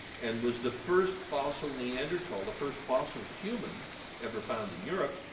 and was the first fossil neanderthal, the first fossil human ever found in europe.